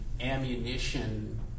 ammunition